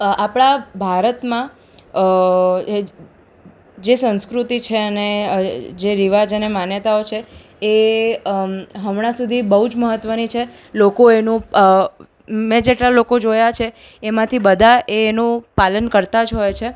અ આપણા ભારતમાં જે સંસ્કૃતિ છે અને જે રિવાજ અને માન્યતાઓ છે એ હમણાં સુધી બહુ જ મહત્ત્વની છે લોકો એનો મેં જેટલા લોકો જોયા છે એમાંથી બધા એનો પાલન કરતાં જ હોય છે